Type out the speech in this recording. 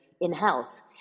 in-house